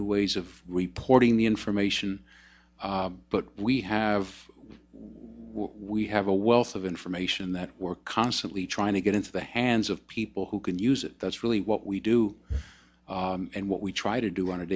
new ways of reporting the information but we have we have a wealth of information that we're constantly trying to get into the hands of people who can use it that's really what we do and what we try to do